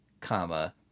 comma